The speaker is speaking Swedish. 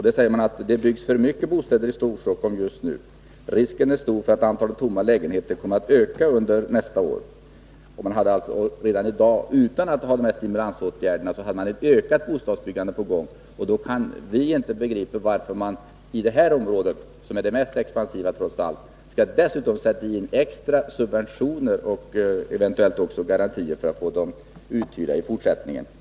Där sägs att det byggs för många bostäder i Storstockholm just nu och att risken är stor för att antalet tomma lägenheter kommer att öka under nästa år. Utan några stimulansåtgärder är ett ökat bostadsbyggande på gång. Vi kan då inte begripa varför man i detta område, som trots allt är det mest expansiva, dessutom skall sätta in extra subventioner och eventuellt garantier för att få lägenheterna uthyrda i fortsättningen.